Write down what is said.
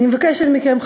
אני מבקשת מכם,